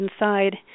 inside